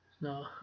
No